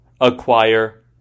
acquire